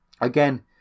Again